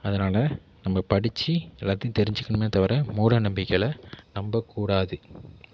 அதனால் நம்ப படிச்சு எல்லாத்தையும் தெரிஞ்சுக்கணுமே தவிர மூடநம்பிக்கையில் நம்பக்கூடாது